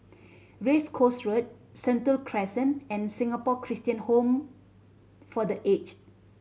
Race Course Road Sentul Crescent and Singapore Christian Home for The Aged